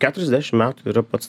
keturiasdešim metų yra pats